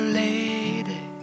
lady